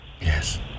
yes